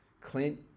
Clint